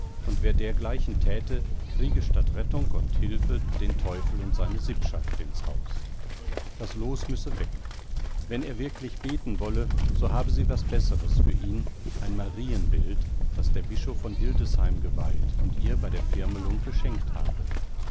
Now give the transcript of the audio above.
und wer dergleichen thäte kriege statt rettung und hilfe den teufel und seine sippschaft ins haus das loos müsse weg wenn er wirklich beten wolle so habe sie was besseres für ihn ein marienbild das der bischof von hildesheim geweiht und ihr bei der firmelung geschenkt habe